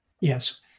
Yes